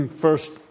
first